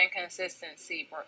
consistency